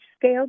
scale